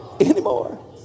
anymore